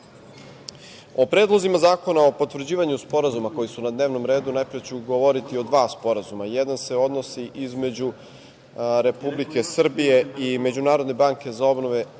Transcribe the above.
predlozima zakona o potvrđivanju sporazuma koji su na dnevnom redu, najpre ću govoriti o dva sporazuma. Jedan je između Republike Srbije i Međunarodne banke za obnovu i